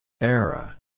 Era